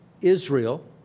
Israel